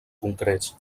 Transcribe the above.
concrets